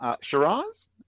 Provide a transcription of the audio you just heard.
Shiraz